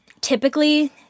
typically